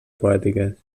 poètiques